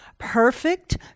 perfect